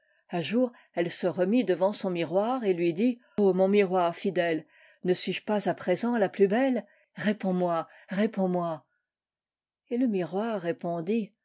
un jour elle se remit devant son miroir et lui dit mon miroir fidèle ne suis-je pas à présent la plus belle réponds-moi réponds-moi et le miroir répondit